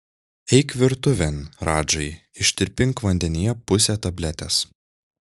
eik virtuvėn radžai ištirpink vandenyje pusę tabletės